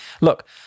look